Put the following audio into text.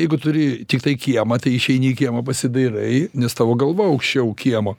jeigu turi tiktai kiemą tai išeini į kiemą pasidairai nes tavo galva aukščiau kiemo